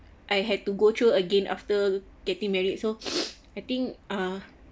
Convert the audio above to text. I had to go through again after getting married so I think uh